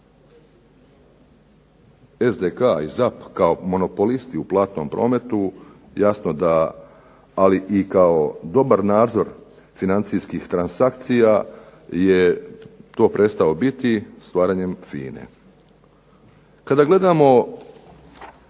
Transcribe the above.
Dakle, SDK i ZAP kao monopolisti u platnom prometu jasno da ali i kao dobar nadzor financijskih transakcija je to prestao biti stvaranjem FINA-e. Kada gledamo